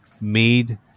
made